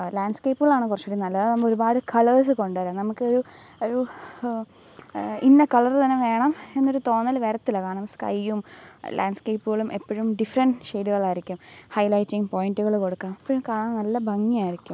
ലാൻഡ്സ്കേപ്പുകളാണ് കുറച്ചുകൂടെ നല്ലത് അതാവുമ്പോള് ഒരുപാട് കളേർസ് കൊണ്ടു വരാം നമുക്ക് ഒരു ഇന്ന കളര് തന്നെ വേണം എന്നൊരു തോന്നല് വരത്തില്ല കാരണം സ്കൈയും ലാൻഡ്സ്കേപ്പുകളും എപ്പോഴും ഡിഫറെൻഡ് ഷെയ്ഡുകളായിരിക്കും ഹൈലൈറ്റിങ് പോയിന്റുകള് കൊടുക്കണം എപ്പോഴും കാണാൻ നല്ല ഭംഗി ആയിരിക്കും